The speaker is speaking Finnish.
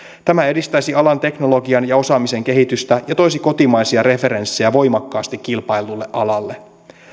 tämä edistäisi alan teknologian ja osaamisen kehitystä ja toisi kotimaisia referenssejä voimakkaasti kilpaillulle alalle